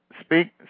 Speak